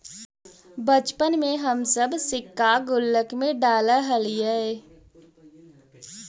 बचपन में हम सब सिक्का गुल्लक में डालऽ हलीअइ